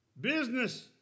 business